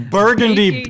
burgundy